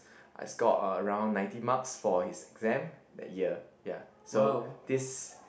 I scored around ninety marks for his exam that year ya so this